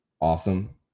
awesome